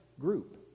group